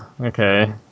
Okay